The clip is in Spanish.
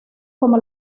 como